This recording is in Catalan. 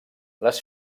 les